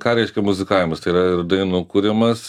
ką reiškia muzikavimas tai yra ir dainų kūrimas